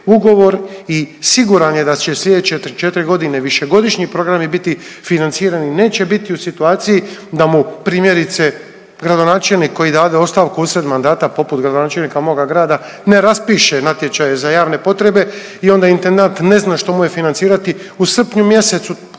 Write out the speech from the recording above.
ugovor i siguran je da će slijedeće 3-4.g. višegodišnji programi biti financirani, neće biti u situaciji da mu primjerice gradonačelnik koji dade ostavku usred mandata poput gradonačelnika moga grada ne raspiše natječaje za javne potrebe i onda intendant ne zna što mu je financirati u srpnju mjesecu